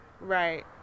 Right